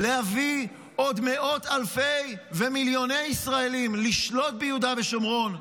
-- להביא עוד מאות אלפי ומיליוני ישראלים לשלוט ביהודה ושומרון,